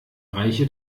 reiche